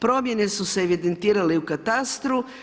Promjene su se evidentirale i u katastru.